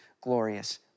glorious